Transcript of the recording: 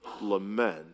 Lament